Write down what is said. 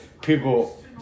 people